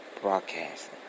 broadcasting